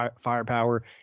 firepower